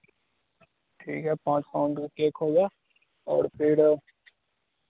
ठीक है पाँच पाउंड का केक होगा और फिर